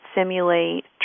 simulate